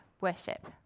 worship